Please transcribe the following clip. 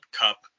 Cup